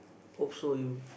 hope so you